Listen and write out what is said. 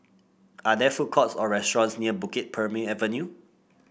are there food courts or restaurants near Bukit Purmei Avenue